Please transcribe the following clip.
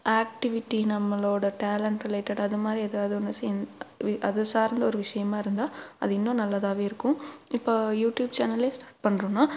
activity நம்மளோடய talent ரிலேட்டடாக அதை மாதிரி எதாவது ஒன்று செ அது சார்ந்த ஒரு விஷயமா இருந்தால் அது இன்னும் நல்லதாகவே இருக்கும் இப்போ யூட்யூப் சேனலே ஸ்டாட் பண்ணுறோம்னா